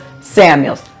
Samuels